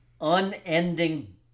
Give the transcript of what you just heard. unending